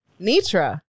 nitra